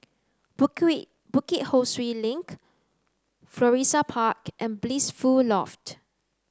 Bukit Bukit Ho Swee Link Florissa Park and Blissful Loft